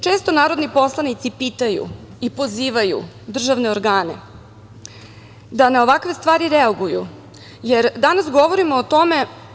Često narodni poslanici pitaju i pozivaju državne organe da na ovakve stvari reaguju, jer danas govorimo o tome…